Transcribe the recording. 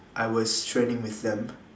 I was training with them